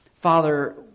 Father